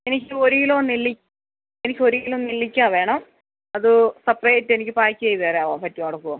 എനിക്ക് ഒരു കിലോ നെല്ലി എനിക്കൊരു കിലോ നെല്ലിക്കാ വേണം അതു സെപ്പ്രേയ്റ്റ് എനിക്ക് പാക്ക് ചെയ്ത് തരാമോ പറ്റുമോ നടക്കുമോ